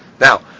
Now